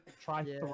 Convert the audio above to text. try